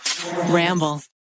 Ramble